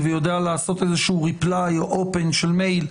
ויודע לעשות reply או open של מייל,